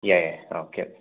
ꯌꯥꯏ ꯌꯥꯏ okay okay